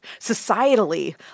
societally